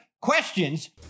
questions